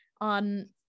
on